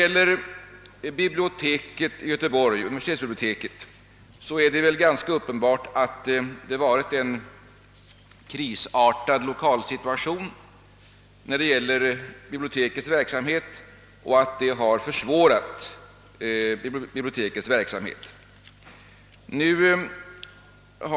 Universitetsbiblioteket i Göteborg befinner sig ganska uppenbart i en krisartad lokalsituation, som har försvårat dess verksamhet.